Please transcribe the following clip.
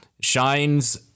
Shine's